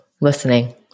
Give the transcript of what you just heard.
listening